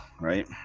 right